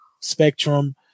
spectrum